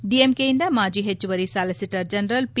ಡಿಎಂಕೆಯಿಂದ ಮಾಜಿ ಹೆಚ್ಚುವರಿ solicitor general P